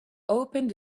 opened